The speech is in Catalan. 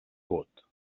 vot